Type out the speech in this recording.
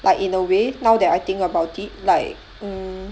like in a way now that I think about it like mm